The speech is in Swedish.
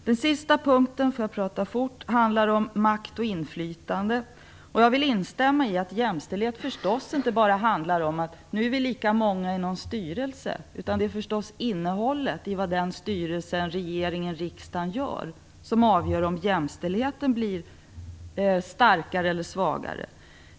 Den sista punkten handlar om makt och inflytande. Jag vill instämma i att jämställdhet naturligtvis inte bara handlar om att vi nu är lika många i någon styrelse. Det är förstås innehållet i vad den styrelsen - eller i regeringen eller i riksdagen - gör som avgör om jämställdheten blir starkare eller svagare.